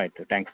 ಆಯಿತು ತ್ಯಾಂಕ್ಸ್